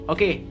Okay